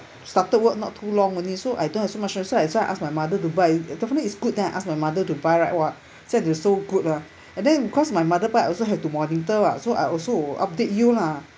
started work not too long only so I don't have much money also so I ask my mother to buy definitely it's good then I ask her mother to buy right [what] said until so good lah and then cause my mother buy I also have to monitor [what] so I also update you lah